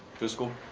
fiscal.